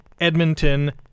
Edmonton